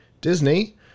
Disney